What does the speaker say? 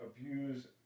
abuse